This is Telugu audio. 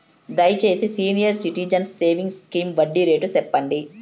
దయచేసి సీనియర్ సిటిజన్స్ సేవింగ్స్ స్కీమ్ వడ్డీ రేటు సెప్పండి